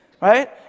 right